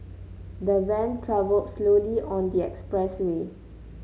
the van travelled slowly on the expressway